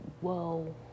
whoa